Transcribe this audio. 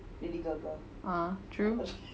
ah true